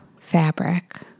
fabric